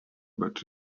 but